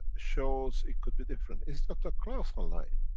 shows it could be different. is dr. klaus online?